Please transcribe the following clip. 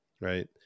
Right